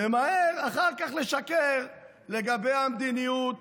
וממהר אחר כך לשקר לגבי המדיניות